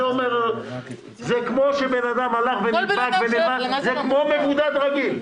זה כמו מבודד רגיל.